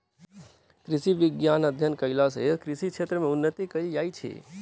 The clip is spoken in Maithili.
कृषि विज्ञानक अध्ययन कयला सॅ कृषि क्षेत्र मे उन्नति कयल जाइत छै